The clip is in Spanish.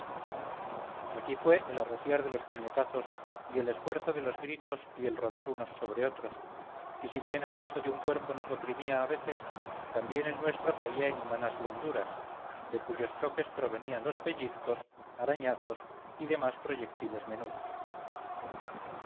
aquí fue el arreciar de los puñetazos y el esfuerzo de los gritos y el rodar unos sobre otros y si bien el peso de un cuerpo nos oprimía a veces también el nuestro caía en humanas blanduras de cuyos choques provenían los pellizcos arañazos y demás proyectiles menudos